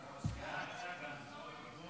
נתקבל.